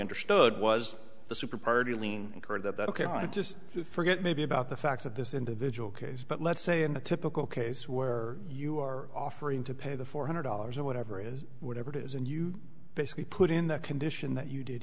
understood was the super party lien incurred that ok i just forget maybe about the fact that this individual case but let's say in a typical case where you are offering to pay the four hundred dollars or whatever it is whatever it is and you basically put in the condition that you did